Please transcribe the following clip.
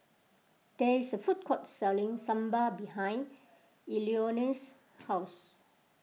there is a food court selling Sambar behind Eleonore's house